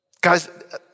Guys